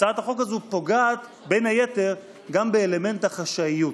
שהצעת החוק הזו פוגעת בין היתר גם באלמנט החשאיות.